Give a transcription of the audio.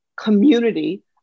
community